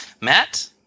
Matt